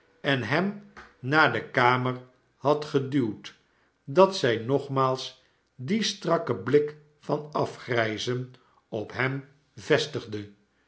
en hem naar de kamer had geduwd dat zij nogmaals dien strakken blik van afgrijzen op hem vestigde